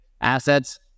assets